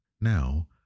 Now